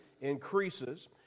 increases